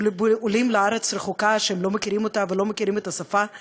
שעולים לארץ רחוקה שהם לא מכירים ולא מכירים את השפה שלה,